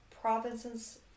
provinces